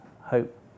hope